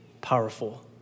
powerful